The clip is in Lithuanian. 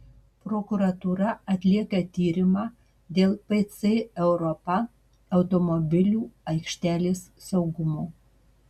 prokuratūra atlieka tyrimą dėl pc europa automobilių aikštelės saugumo